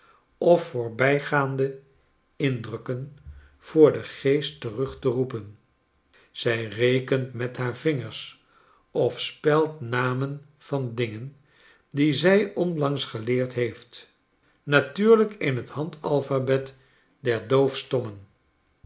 of voorbijgaande indrukken voor den geest terug te roepenjzij rekentmet haar vingers of spelt namen van dingen die zij onlangs geleerd heeft natuurlijk in t